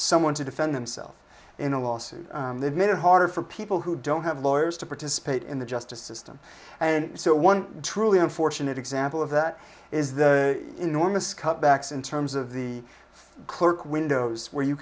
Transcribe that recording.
someone to defend themself in a lawsuit that made it harder for people who don't have lawyers to participate in the justice system and so one truly unfortunate example of that is the enormous cutbacks in terms of the clerk windows where you